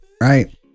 Right